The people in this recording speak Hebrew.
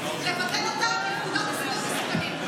לבטל אותה בפקודת הסמים המסוכנים.